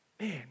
man